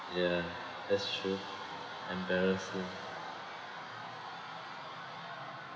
ya that's true embarrassing